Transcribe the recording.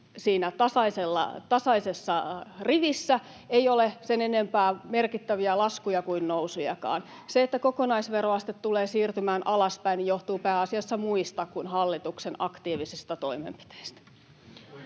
siinä tasaisessa rivissä, ei ole sen enempää merkittäviä laskuja kuin nousujakaan. Se, että kokonaisveroaste tulee siirtymään alaspäin, johtuu pääasiassa muista kuin hallituksen aktiivisista toimenpiteistä.